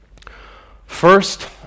First